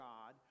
God